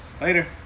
later